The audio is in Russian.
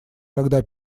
когда